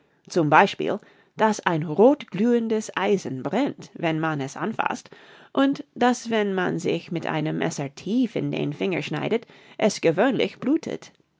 zum beispiel daß ein rothglühendes eisen brennt wenn man es anfaßt und daß wenn man sich mit einem messer tief in den finger schneidet es gewöhnlich blutet